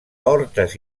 hortes